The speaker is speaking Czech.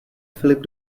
filip